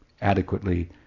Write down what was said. adequately